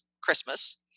Christmas